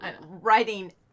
writing